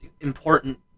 important